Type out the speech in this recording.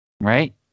right